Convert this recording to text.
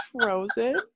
frozen